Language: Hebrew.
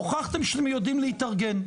הוכחתם שאתם יודעים להתארגן,